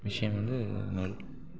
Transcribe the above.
விஷயம் வந்து நெல்